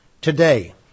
today